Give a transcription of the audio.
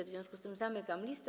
W związku z tym zamykam listę.